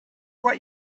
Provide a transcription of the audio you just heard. what